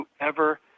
whoever